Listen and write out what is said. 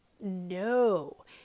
No